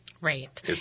Right